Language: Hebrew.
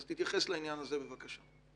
אז תתייחס לעניין הזה, בבקשה.